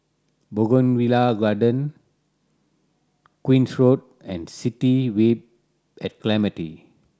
Bougainvillea Garden Queen's Road and City Vibe at Clementi